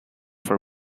for